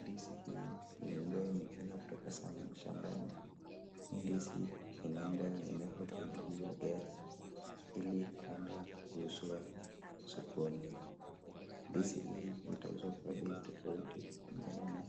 Ndizi hii ni ambayo imechunwa kutoka shambani .Hii ndizi inaenda imewekwa kwenye juu ya gari, ili kuenda kuuzwa sokoni. Ndizi hii litauzwa kwa bei tofauti kulingana na